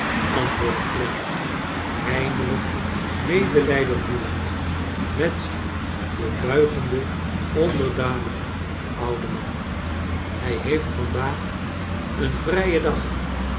antwoordde clennam heimelijk medelijden voelend met den buigenden onderdanigen ouden man hrj heeft vandaag een vrijen dag